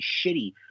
shitty